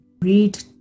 Read